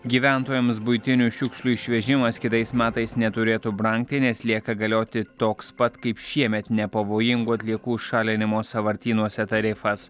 gyventojams buitinių šiukšlių išvežimas kitais metais neturėtų brangti nes lieka galioti toks pat kaip šiemet nepavojingų atliekų šalinimo sąvartynuose tarifas